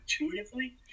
intuitively